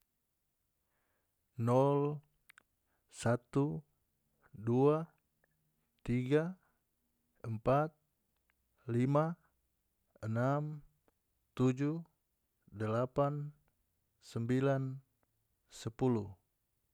Nol satu dua tiga empat lima enam tujuh delapan sembilan sepuluh